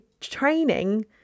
training